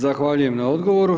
Zahvaljujem na odgovoru.